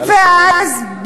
ואז,